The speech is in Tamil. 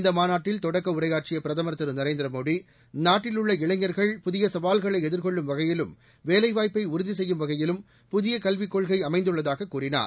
இந்த மாநாட்டில் தொடக்க உரையாற்றிய பிரதமா் திரு நரேந்திரமோடி நாட்டில் உள்ள இளைஞா்கள் புதிய சவால்களை எதிர்கொள்ளும் வகையிலும் வேலைவாய்ப்பை உறுதி செய்யும் வகையிலும் புதிய கல்விக் கொள்கை அமைந்துள்ளதாக கூறினார்